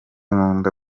nkunda